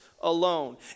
alone